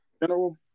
general